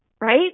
right